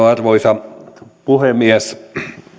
arvoisa puhemies